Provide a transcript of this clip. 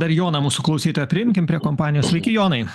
dar joną mūsų klausytoją priimkim prie kompanijos sveiki jonai